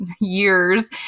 years